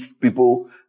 people